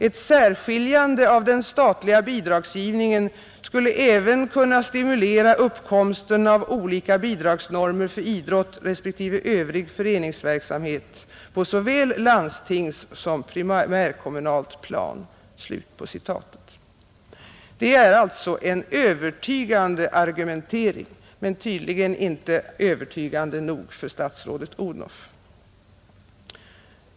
Ett särskiljande av den statliga bidragsgivningen skulle även kunna stimulera uppkomsten av olika bidragsnormer för idrott respektive övrig föreningsverksamhet på såväl landstingssom primärkommunalt plan.” Det är alltså en övertygande argumentering emot, men tydligen inte övertygande nog för statsrådet Odhnoff.